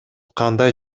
кандай